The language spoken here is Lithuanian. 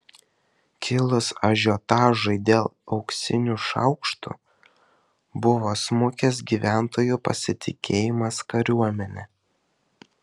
kilus ažiotažui dėl auksinių šaukštų buvo smukęs gyventojų pasitikėjimas kariuomene